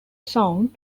sound